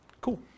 Cool